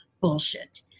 bullshit